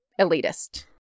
elitist